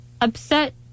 upset